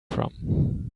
from